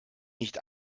nicht